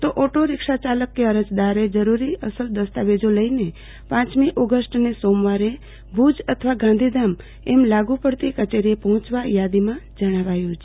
તો auto rickshaw ચાલક અરજદારે જરૂરી અસલ દસ્તાવેજો લઈને પાંચમી ઓગષ્ટને સોમવારે ભુજ અથવા ગાંધીધામ એમ લાગુ પડતી કચેરીએ પફોંચવા યાદીમાં જણાવાયુ છે